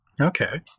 okay